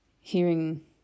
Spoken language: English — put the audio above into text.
hearing